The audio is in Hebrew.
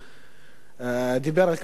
דיבר על כמה דברים,